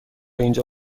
اینجا